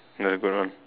never go wrong